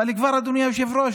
אבל אדוני היושב-ראש,